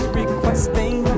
requesting